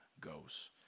goes